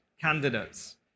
candidates